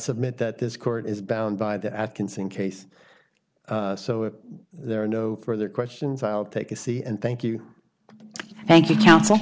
submit that this court is bound by the atkinson case so if there are no further questions i'll take a c and thank you thank you counsel